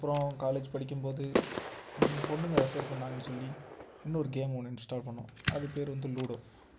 அப்புறம் காலேஜ் படிக்கும் போது பொண்ணுங்கள் ரெஃபர் பண்ணாங்கன்னு சொல்லி இன்னொரு கேம் ஒன்று இன்ஸ்டால் பண்ணிணோம் அது பெயரு வந்து லூடோ